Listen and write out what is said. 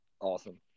Awesome